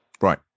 Right